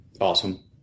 Awesome